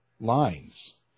lines